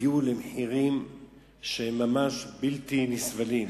הגיעו למחירים שהם ממש בלתי נסבלים.